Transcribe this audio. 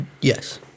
yes